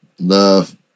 Love